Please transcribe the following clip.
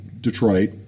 Detroit